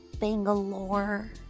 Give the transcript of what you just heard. Bangalore